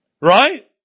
Right